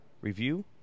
review